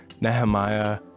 Nehemiah